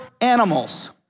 animals